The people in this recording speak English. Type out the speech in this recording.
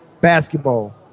basketball